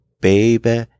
baby